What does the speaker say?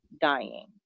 dying